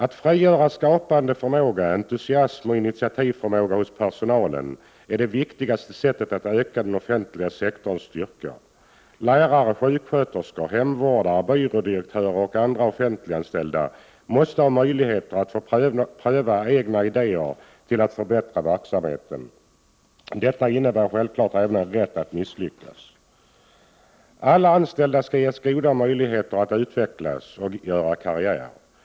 Att frigöra skapande förmåga, entusiasm och initiativförmåga hos personalen är det viktigaste sättet att öka den offentliga sektorns styrka. Lärare, sjuksköterskor, hemvårdare, byrådirektörer och andra offentliganställda måste ha möjligheter att få pröva egna idéer till att förbättra verksamheten. Detta innebär självfallet även en rätt att misslyckas. Alla anställda skall ges goda möjligheter att utvecklas och göra karriär.